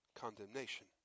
condemnation